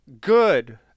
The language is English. good